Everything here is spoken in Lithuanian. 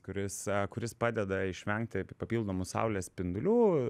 kuris kuris padeda išvengti pa papildomų saulės spindulių